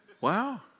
Wow